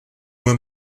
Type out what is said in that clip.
uma